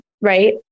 right